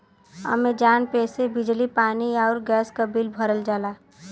Amazon pay से बिजली पानी आउर गैस क बिल भरल जाला